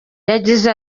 yagize